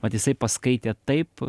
vat jisai paskaitė taip